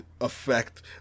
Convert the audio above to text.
affect